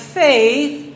faith